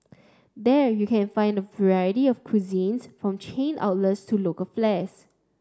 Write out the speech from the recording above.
there you can find a variety of cuisine from chain outlets to local flies